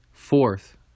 fourth